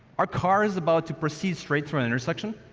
our car is about to proceed straight through an intersection.